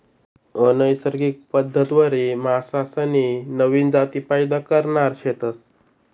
अनैसर्गिक पद्धतवरी मासासनी नवीन जाती पैदा करणार शेतस